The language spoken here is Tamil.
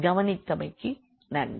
கவனித்தமைக்கு நன்றி